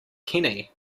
kenny